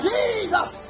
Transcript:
Jesus